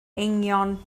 eingion